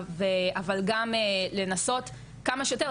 אבל גם לנסות כמה שיותר.